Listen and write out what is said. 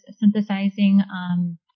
synthesizing